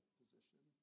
position